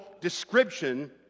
description